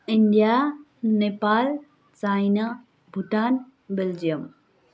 India Nepal China Bhutan Belgium